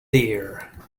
dear